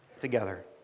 together